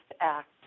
act